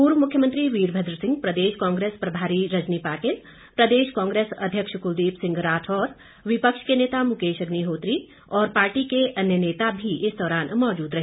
पूर्व मुख्यमंत्री वीरभद्र सिंह प्रदेश कांग्रेस प्रभारी रजनी पाटिल प्रदेश कांग्रेस अध्यक्ष कुलदीप सिंह राठौर विपक्ष के नेता मुकेश अग्निहोत्री और पार्टी के अन्य नेता भी इस दौरान मौजूद रहे